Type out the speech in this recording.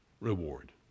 reward